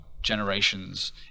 generations